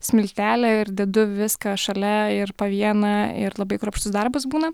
smiltelę ir dedu viską šalia ir po vieną ir labai kruopštus darbas būna